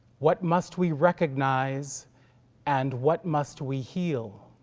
what must we recognize and what must we heal?